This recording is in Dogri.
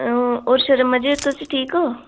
होर शर्मा जी तुस ठीक ओ